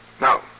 Now